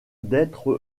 d’être